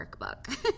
workbook